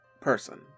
person